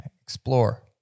explore